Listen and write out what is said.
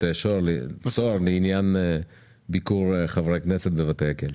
בתי הסוהר לעניין ביקור חברי כנסת בבתי הכלא.